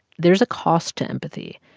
there's a cost to empathy.